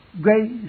grace